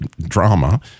drama